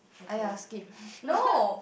!aiya! skip